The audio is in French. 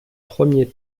premier